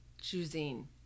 choosing